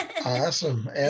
Awesome